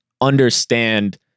understand